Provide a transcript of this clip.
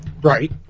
Right